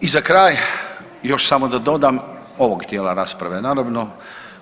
I za kraj još samo da dodam ovog dijela rasprave naravno,